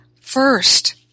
first